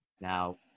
Now